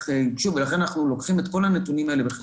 שוב, לכן אנחנו לוקחים את כל הנתונים האלה בחשבון.